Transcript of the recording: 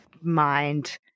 mind